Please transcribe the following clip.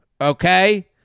okay